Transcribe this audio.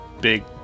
big